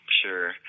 sure